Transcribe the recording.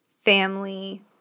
family